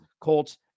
Colts